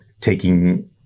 taking